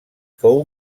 fou